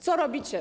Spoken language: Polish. Co robicie?